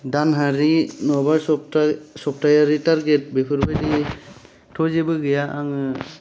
दानारि नङाबा सप्ता सप्तायारि तारगेट बेफोरबायदिथ' जेबो गैया आङो